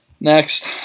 next